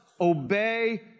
obey